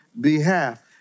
behalf